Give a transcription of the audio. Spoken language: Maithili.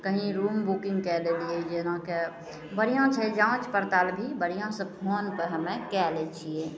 कहीँ रूम बुकिन्ग कै लेलिए जे अहाँकेँ बढ़िआँ छै जाँच पड़ताल भी बढ़िआँसे फोनपर हमे कै लै छिए